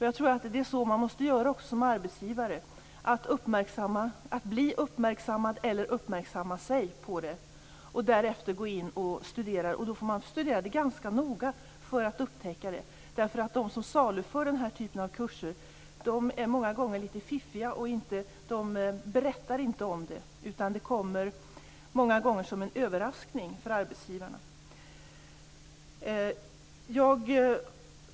Jag tror att det är så man måste göra som arbetsgivare: att uppmärksamma, att bli uppmärksammad eller att uppmärksamma sig på det, och därefter gå in och studera det. Och det får man göra ganska noga för att upptäcka det. De som saluför den här typen av kurser är många gånger litet fiffiga och berättar inte om det. Många gånger kommer det som en överraskning för arbetsgivarna.